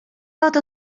oto